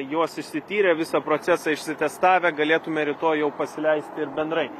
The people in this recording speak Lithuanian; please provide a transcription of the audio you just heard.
juos išsityrę visą procesą išsitestavę galėtume rytoj jau pasileisti ir bendrai